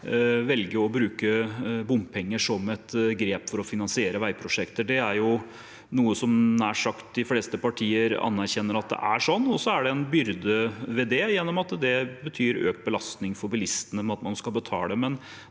velge å bruke bompenger som et grep for å finansiere veiprosjekter. Nær sagt de fleste partier anerkjenner at det er sånn, og så er det en byrde med det gjennom at det betyr økt belastning for bilistene ved at man skal betale.